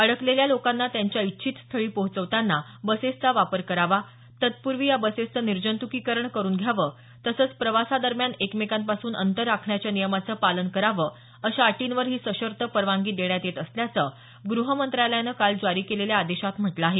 अडकलेल्या लोकांना त्यांच्या इच्छित स्थळी पोहोचवताना बसेसचा वापर करावा तत्पूर्वी या बसेसचं निर्जत्कीकरण करून घ्यावं तसंच प्रवासादरम्यान एकमेकांपासून अंतर राखण्याच्या नियमाचं पालन करावं अशा अटींवर ही सशर्त परवानगी देण्यात येत असल्याचं गृह मंत्रालयानं काल जारी केलेल्या आदेशात म्हटलं आहे